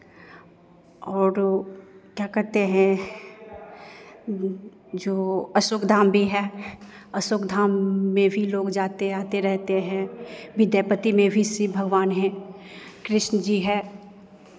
और वो क्या कहते हैं जो अशोक धाम भी है अशोक धाम में भी लोग जाते आते रहते हैं विद्यापति में भी शिव भगवान हैं कृष्ण जी है